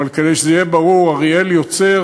אבל כדי שזה יהיה ברור: אריאל יוצר,